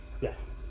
Yes